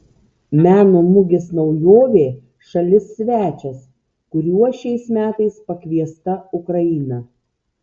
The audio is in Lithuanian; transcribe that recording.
meno mugės naujovė šalis svečias kuriuo šiais metais pakviesta ukraina